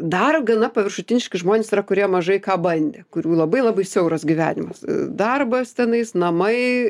dar gana paviršutiniški žmonės yra kurie mažai ką bandę kurių labai labai siauras gyvenimas darbas tenais namai